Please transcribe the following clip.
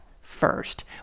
first